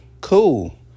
Cool